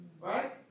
Right